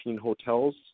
hotels